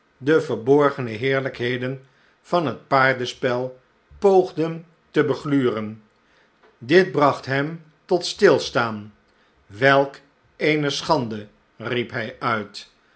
de verborgene heerlijkheden van het paardenspel poogden te begluren dit bracht hem tot stilstaan welk eene schande riep hij uit